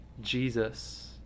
Jesus